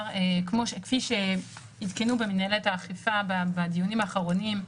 כפי שעדכנו במנהלת האכיפה בדיונים האחרונים,